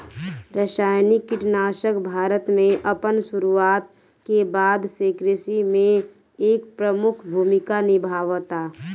रासायनिक कीटनाशक भारत में अपन शुरुआत के बाद से कृषि में एक प्रमुख भूमिका निभावता